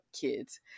kids